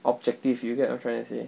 objective you get what I'm trying to say